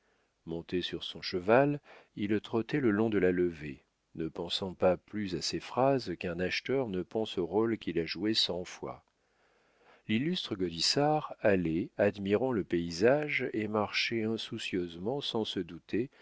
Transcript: monté sur son cheval il trottait le long de la levée ne pensant pas plus à ses phrases qu'un acteur ne pense au rôle qu'il a joué cent fois l'illustre gaudissart allait admirant le paysage et marchait insoucieusement sans se douter